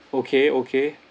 okay okay